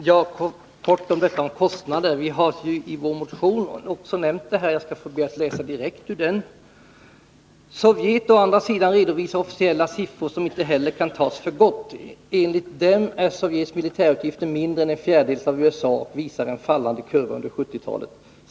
Herr talman! Helt kort om kostnaderna. Vi skriver i vår motion 1209: ”Sovjet å andra sidan redovisar officiella siffror som inte heller kan tas för gott. Enligt dem är Sovjets militärutgifter mindre än en fjärdedel av USA:s och visar en fallande kurva under 1970-talet.